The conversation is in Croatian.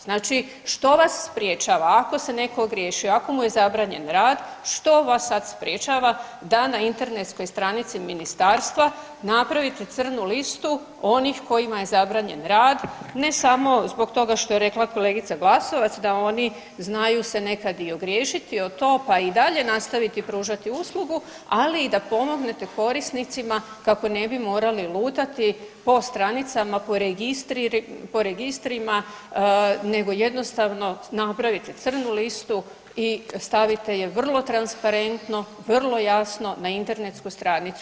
Znači što vas sprječava, ako se neko ogriješio, ako mu je zabranjen rad, što vas sa sprječava da na internetskoj stranici ministarstva napravite crnu listu onih kojima je zabranjen rad, ne samo zbog toga što je rekla kolegica Glasovac da oni znaju se nekad i ogriješiti o to pa i dalje nastaviti pružati uslugu, ali i da pomognete korisnicima kako ne bi morali lutati po stranicama, po registrima nego jednostavno napravite crnu listu i stavite je vrlo transparentno, vrlo jasno na internetsku stranicu?